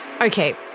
Okay